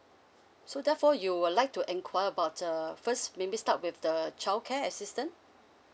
so therefore you would like to inquire about uh first maybe start with the childcare assistant